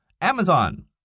Amazon